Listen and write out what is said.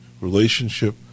relationship